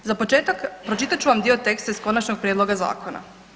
Za početak pročitat ću vam dio teksta iz konačnog prijedloga zakona.